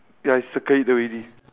ya I circle it already